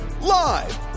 live